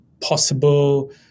possible